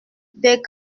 des